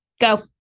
go